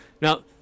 Now